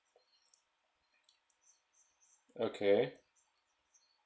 okay